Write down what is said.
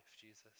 Jesus